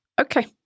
okay